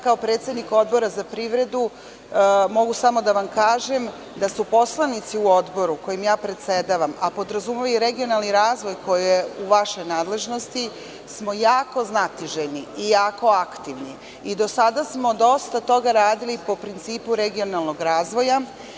Kao predsednik Odbora za privredu mogu samo da vam kažem da su poslanici u Odboru, kojim predsedavam, a podrazumeva i regionalni razvoj koji je u vašoj nadležnosti, smo jako znatiželjni i jako aktivni i do sada smo dosta toga radili po principu regionalnog razvoja.